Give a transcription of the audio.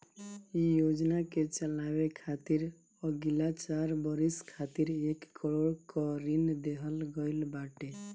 इ योजना के चलावे खातिर अगिला चार बरिस खातिर एक करोड़ कअ ऋण देहल गईल बाटे